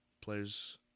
players